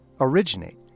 originate